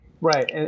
Right